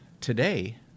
today